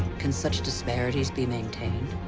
can such disparities be maintained?